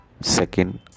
Second